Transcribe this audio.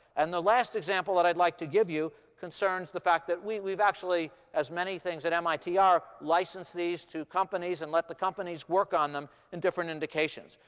and the last example that i'd like to give you concerns the fact that we've actually, as many things at mit are, licensed these to companies and let the companies work on them in different indications.